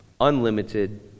unlimited